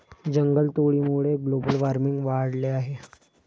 जंगलतोडीमुळे global warming वाढले आहे